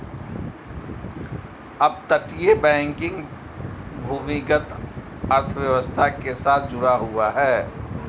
अपतटीय बैंकिंग भूमिगत अर्थव्यवस्था के साथ जुड़ा हुआ है